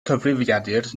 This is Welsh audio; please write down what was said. cyfrifiadur